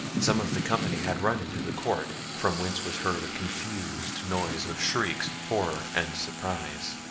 some of the company had run into the court, from whence was heard a confused noise of shrieks, horror, and surprise.